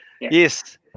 Yes